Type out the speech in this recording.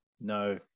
no